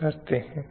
कर रहा है